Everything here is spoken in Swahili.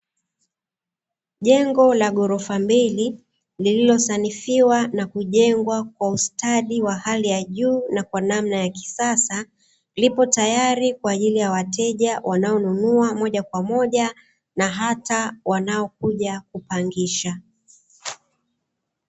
Jengo la ghorofa mbili lililosanifiwa na kujengwa kwa ustadi wa hali ya juu na kwa namna ya kisasa, lipo tayari kwa ajili ya wateja wanaonunua moja kwa moja na hata wanaokuja kupangisha.